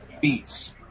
beats